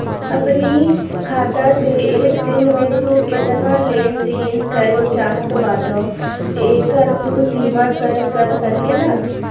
अपनी खाता से एक दिन में तू केतना लेन देन करे चाहत बाटअ एकर तू सीमा तय कर सकेला